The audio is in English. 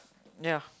ya